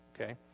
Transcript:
Okay